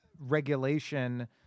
regulation